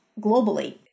globally